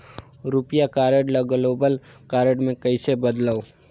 रुपिया कारड ल global card मे कइसे बदलव?